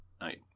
Night